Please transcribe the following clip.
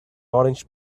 orange